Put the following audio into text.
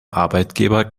arbeitgeber